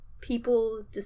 People's